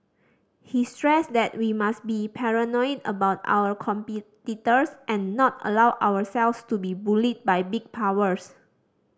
he stressed that we must be paranoid about our competitors and not allow ourselves to be bullied by big powers